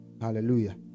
Hallelujah